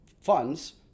funds